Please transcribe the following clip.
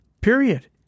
period